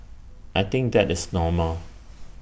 I think that is normal